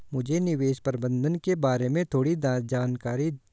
मुझे निवेश प्रबंधन के बारे में थोड़ी जानकारी दीजिए